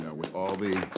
yeah with all the.